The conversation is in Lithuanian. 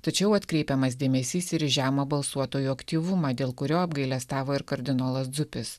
tačiau atkreipiamas dėmesys ir žemą balsuotojų aktyvumą dėl kurio apgailestavo ir kardinolas dzupis